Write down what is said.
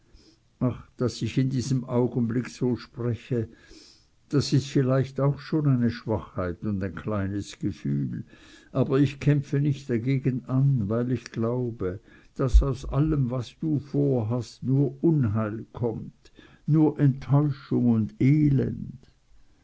ach daß ich in diesem augenblick so spreche das ist vielleicht auch schon eine schwachheit und ein kleines gefühl aber ich kämpfe nicht dagegen an weil ich glaube daß aus allem was du vorhast nur unheil kommt nur enttäuschung und elend